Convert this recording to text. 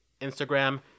Instagram